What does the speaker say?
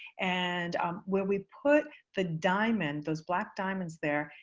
and where we put the diamond, those black diamonds there,